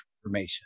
information